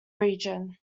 region